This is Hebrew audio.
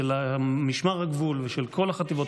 של משמר הגבול ושל כל החטיבות,